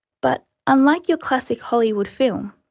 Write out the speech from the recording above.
but unlike your classic hollywood film,